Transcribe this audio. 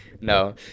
No